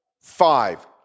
five